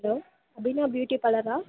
hello Abhinaya beauty பார்லரா